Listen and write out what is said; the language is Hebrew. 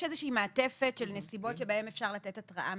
יש איזושהי מעטפת של נסיבות בהן ממילא אפשר לתת התראה.